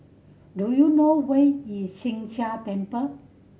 do you know where is Sheng Jia Temple